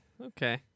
okay